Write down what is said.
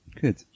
Good